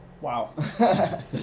Wow